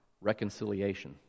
reconciliation